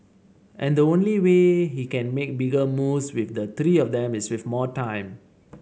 and the only way he can make bigger moves with the three of them is with more time